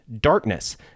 darkness